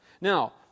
Now